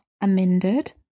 amended